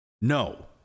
No